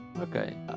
Okay